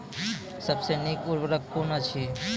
सबसे नीक उर्वरक कून अछि?